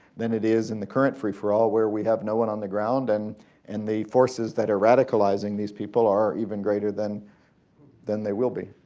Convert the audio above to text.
than it is in the current free-for-all where where we have no one on the ground and and the forces that are radicalizing these people are even greater than than they will be.